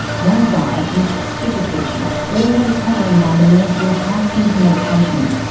one guy is super twitchy, always hovering by the nurses, asking for medication.